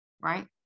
right